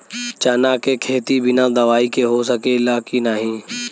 चना के खेती बिना दवाई के हो सकेला की नाही?